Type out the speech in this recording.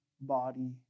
body